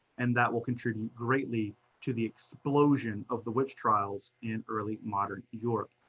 and that will contribute greatly to the explosion of the witch trials in early modern europe.